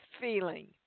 feeling